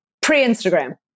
pre-instagram